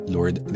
Lord